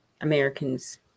Americans